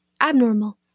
abnormal